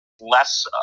less